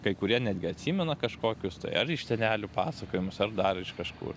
kai kurie netgi atsimena kažkokius tai ar iš senelių pasakojimus ar dar iš kažkur